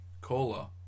cola